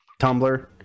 Tumblr